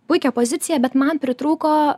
puikią poziciją bet man pritrūko